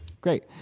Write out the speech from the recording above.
Great